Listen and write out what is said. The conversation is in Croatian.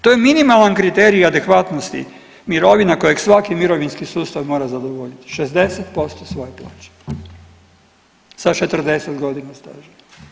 To je minimalan kriterij adekvatnosti mirovina kojeg svaki mirovinski sustav mora zadovoljiti, 60% svoje plaće sa 40 godina staža.